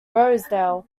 rosedale